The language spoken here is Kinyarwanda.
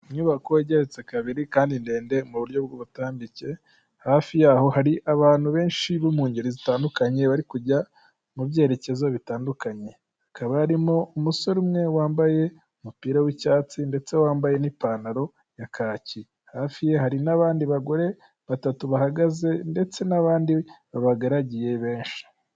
Inyubako igeretse kabiri kandi ndende mu buryo bw’ubutambike, hafi yaho har’abantu benshi bo mu ngeri zitandukanye bari kujya mu byerekezo bitandukanye, hakaba harimo umusore umwe wambaye umupira w'icyatsi ndetse wambaye n'ipantaro ya kaki, hafi ye hari n'abandi bagore batatu bahagaze ndetse n'abandi babagaragiye benshi.